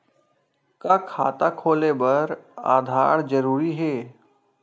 का खाता खोले बर आधार जरूरी हे?